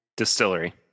distillery